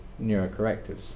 neurocorrectives